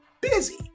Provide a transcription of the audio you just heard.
busy